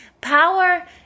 Power